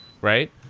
right